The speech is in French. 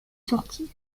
sortie